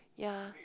ya